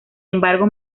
embargo